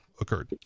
occurred